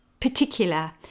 particular